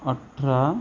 अठरा